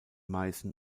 meißen